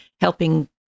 helping